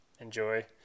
enjoy